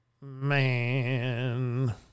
Man